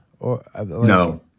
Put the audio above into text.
No